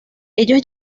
ellos